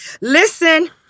Listen